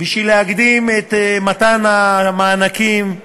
כדי להקדים את מתן המענקים,